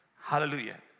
Hallelujah